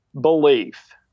belief